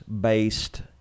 based